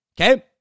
okay